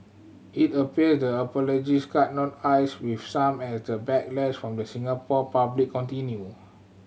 it appear the apologies cut no ice with some as the backlash from the Singapore public continued